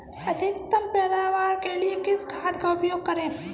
अधिकतम पैदावार के लिए किस खाद का उपयोग करें?